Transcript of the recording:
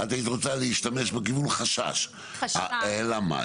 בבקשה, מי